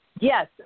Yes